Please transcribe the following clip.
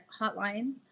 hotlines